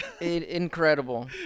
Incredible